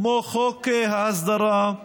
כמו חוק ההסדרה,